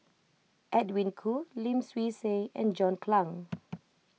Edwin Koo Lim Swee Say and John Clang